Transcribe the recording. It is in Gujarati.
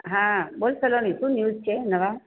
હા બોલ સલોની શું ન્યૂઝ છે નવા